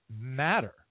matter